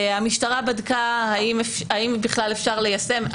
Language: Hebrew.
המשטרה בדקה האם בכלל אפשר ליישם.